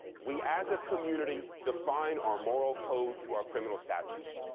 we, as a community, define or moral code through our criminal statutes.